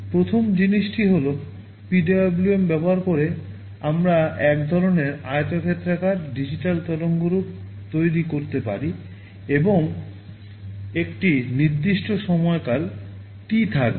প্রথম জিনিসটি হল PWM ব্যবহার করে আমরা একধরণের আয়তক্ষেত্রাকার ডিজিটাল তরঙ্গরূপ তৈরি করতে পারি এবং একটি নির্দিষ্ট সময়কাল T থাকবে